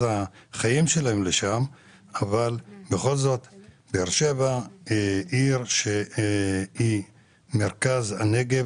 חייהם לשם אבל בכל זאת באר שבע היא עיר שהיא מרכז הנגב,